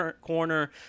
corner